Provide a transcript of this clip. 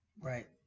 Right